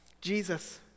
Jesus